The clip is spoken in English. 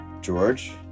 George